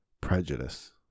prejudice